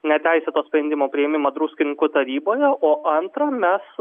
neteisėto sprendimo priėmimą druskininkų taryboje o antra mes